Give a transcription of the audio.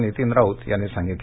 नितीन राऊत यांनी सांगितलं